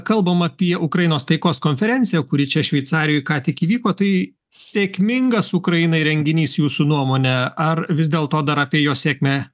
kalbam apie ukrainos taikos konferenciją kuri čia šveicarijoj ką tik įvyko tai sėkmingas ukrainai renginys jūsų nuomone ar vis dėl to dar apie jos sėkmę